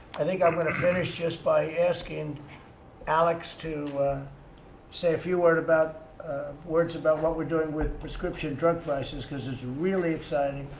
i think i'm going to finish just by asking alex to say a few word about words about what we're doing with prescription drug prices because it's really exciting.